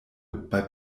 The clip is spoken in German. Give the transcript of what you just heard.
bei